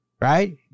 right